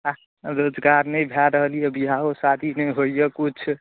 आ रोजगार नहि भए रहल यऽ बिआहो शादी नहि होइए किछु